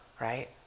right